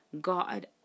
god